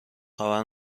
خبر